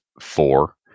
four